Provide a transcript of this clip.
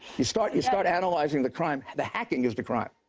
you start you start analyzing the crime, the hacking is the crime.